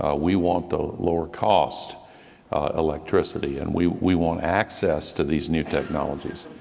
ah we want a lower cost electricity, and we we want access to these new technologies.